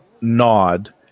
nod